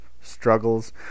struggles